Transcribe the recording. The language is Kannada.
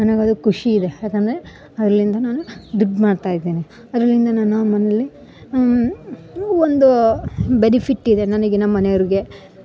ನನಗ ಅದು ಖುಷಿ ಇದೆ ಯಾಕಂದರೆ ಅಲ್ಲಿಂದ ನಾನು ದುಡ್ಡು ಮಾಡ್ತಾ ಇದ್ದೀನಿ ಅದರಿಂದ ನಾನು ಮನೇಲಿ ಒಂದೂ ಬೆನಿಫಿಟ್ ಇದೆ ನನಗೆ ನಮ್ಮ ಮನೆ ಅವ್ರ್ಗೆ